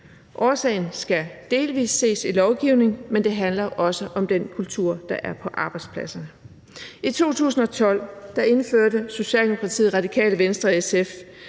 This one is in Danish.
Årsagen skal delvis ses i lovgivningen, men det handler også om den kultur, der er på arbejdspladserne. I 2012 indførte S-R-SF-regeringen loven om